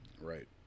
right